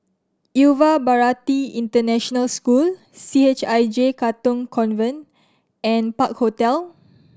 Yuva Bharati International School C H I J Katong Convent and Park Hotel